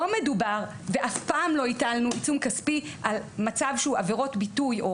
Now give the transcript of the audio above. לא מדובר ואף פעם לא הטלנו עיצום כספי על מצב שהוא הפרות ביטוי.